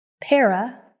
Para